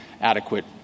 adequate